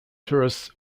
tourists